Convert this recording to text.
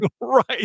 right